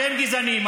אתם גזענים.